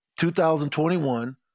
2021